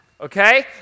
Okay